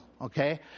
Okay